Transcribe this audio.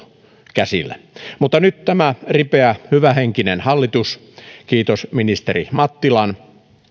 käsillä mutta nyt tämä ripeä hyvähenkinen hallitus kiitos ministeri mattilan